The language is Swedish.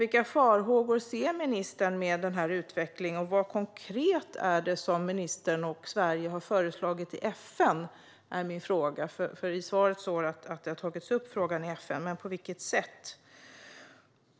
Vilka farhågor ser ministern med den här utvecklingen, och vad är det konkret som ministern och Sverige har föreslagit i FN? I interpellationssvaret säger ministern att frågan har tagits upp i FN, men på vilket sätt?